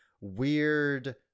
weird